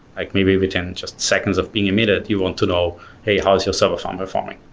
like maybe within just seconds of being emitted you want to know hey, how is your server from performing?